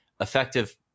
effective